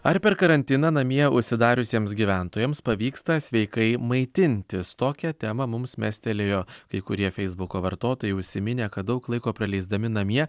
ar per karantiną namie užsidariusiems gyventojams pavyksta sveikai maitintis tokią temą mums mestelėjo kai kurie feisbuko vartotojai užsiminę kad daug laiko praleisdami namie